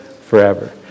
forever